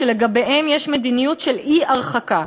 ולגביהם יש מדיניות של אי-הרחקה,